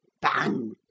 bang